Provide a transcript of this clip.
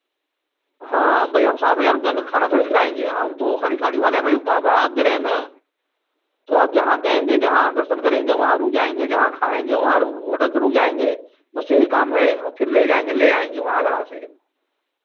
हाँ भाई हम सात हज़ार रुपये में खाना थोड़ी खिलाएँगे हम तो खाली गाड़ी वाले में ही बा भाड़ा आप दे रहे हैं ना तो आप जहाँ कहेंगे जहाँ दर्शन करेंगे वहाँ रुक जाएँगे जहाँ खाएँगे वहाँ रु होटल पर रुक जाएँगे बस यही काम है और फिर ले जाएँगे ले आएँगे वहाँ आगरा से